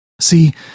See